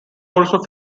also